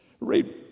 Read